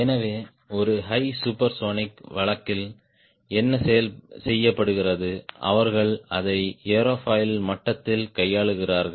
எனவே ஒரு high supersonic வழக்கில் என்ன செய்யப்படுகிறது அவர்கள் அதை ஏரோஃபாயில் மட்டத்தில் கையாளுகிறார்கள்